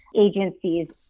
agencies